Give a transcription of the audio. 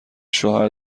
شوهر